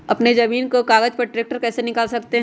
अपने जमीन के कागज पर ट्रैक्टर कैसे निकाल सकते है?